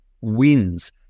wins